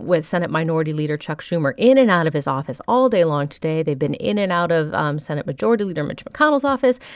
with senate minority leader chuck schumer in and out of his office all day long today. they've been in and out of um senate majority leader mitch mcconnell's office.